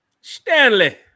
Stanley